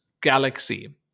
galaxy